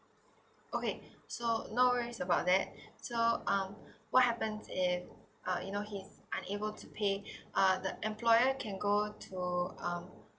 okay so no worries about that so um what happen if uh you know his unable to pay uh the employer can go to um